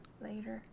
Later